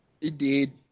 Indeed